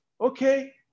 Okay